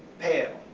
pale,